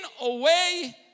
away